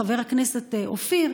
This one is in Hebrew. חבר הכנסת אופיר,